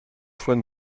fois